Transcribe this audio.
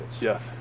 Yes